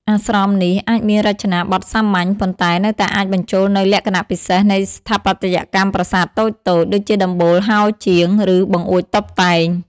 អាស្រមនេះអាចមានរចនាបថសាមញ្ញ ប៉ុន្តែនៅតែអាចបញ្ចូលនូវលក្ខណៈពិសេសនៃស្ថាបត្យកម្មប្រាសាទតូចៗ ដូចជាដំបូលហោជាង ឬបង្អួចតុបតែង។